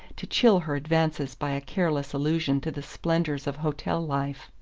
to chill her advances by a careless allusion to the splendours of hotel life.